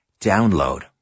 Download